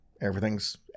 Everything's